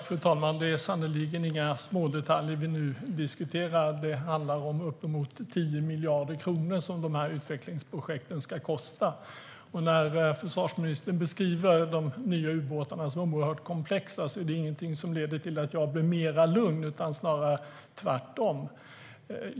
Fru talman! Det är sannerligen inga smådetaljer vi nu diskuterar. Det handlar om uppemot 10 miljarder kronor som de här utvecklingsprojekten ska kosta. När försvarsministern beskriver de nya ubåtarna som oerhört komplexa är det ingenting som leder till att jag blir mer lugn, snarare tvärtom.